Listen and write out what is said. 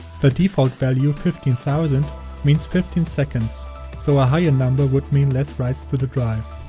the default value fifteen thousand means fifteen seconds so a higher number would mean less writes to the drive.